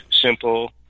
simple